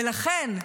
ולכן,